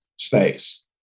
space